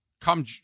Come